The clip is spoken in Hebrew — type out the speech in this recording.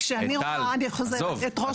טל עזוב,